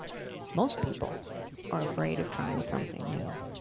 most people are afraid of trying something new.